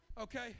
okay